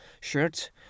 shirt